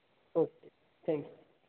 okay thank you